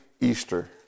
Easter